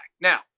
Now